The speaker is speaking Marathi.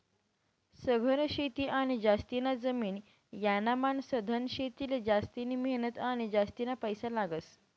सघन शेती आणि जास्तीनी जमीन यानामान सधन शेतीले जास्तिनी मेहनत आणि जास्तीना पैसा लागस